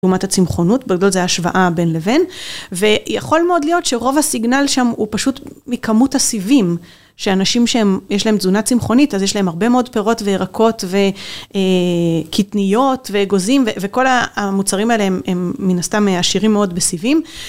תרומת הצמחונות, בגלל זה ההשוואה בין לבין, ויכול מאוד להיות שרוב הסיגנל שם הוא פשוט מכמות הסיבים, שאנשים שיש להם תזונה צמחונית, אז יש להם הרבה מאוד פירות וירקות וקטניות ואגוזים, וכל המוצרים האלה הם מן הסתם עשירים מאוד בסיבים.